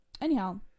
Anyhow